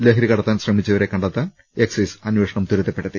ലഹരികടത്താൻ ശ്രമിച്ചവരെ കണ്ടെത്താൻ എക്സൈസ് അന്വേഷണം ത്വരിതപ്പെടുത്തി